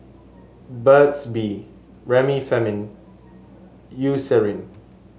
Burt's Bee Remifemin Eucerin